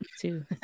two